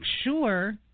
sure